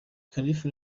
khalifa